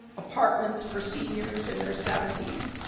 apartments for seniors in their seventy s.